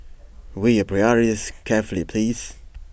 weigh your priorities carefully please